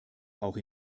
auch